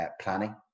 planning